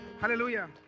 Hallelujah